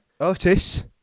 Otis